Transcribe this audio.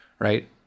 right